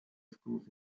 schools